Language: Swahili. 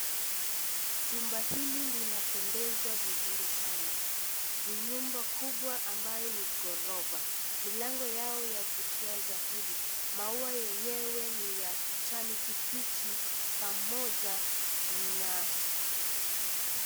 Chumba hili linapendeza vizuri sana, ni nyumba kubwa ambayo ni gorofa, milango yao yavutia zaidi, maua yenyewe ni ya kijani kibichi pamoja na...